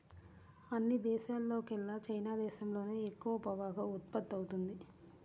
అన్ని దేశాల్లోకెల్లా చైనా దేశంలోనే ఎక్కువ పొగాకు ఉత్పత్తవుతుంది